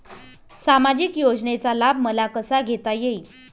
सामाजिक योजनेचा लाभ मला कसा घेता येईल?